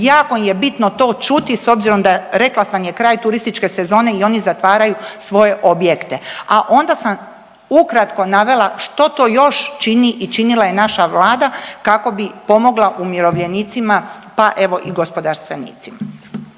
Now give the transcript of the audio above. jako im je bitno to čuti s obzirom da rekla sam je, kraj turističke sezone i oni zatvaraju svoje objekte, a onda sam ukratko navela što to još čini i činila je naša vlada kako bi pomogla umirovljenicima, pa evo i gospodarstvenicima.